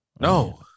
No